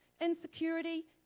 Insecurity